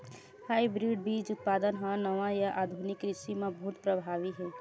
hybrid बीज उत्पादन हा नवा या आधुनिक कृषि मा बहुत प्रभावी हे